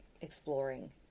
exploring